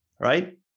right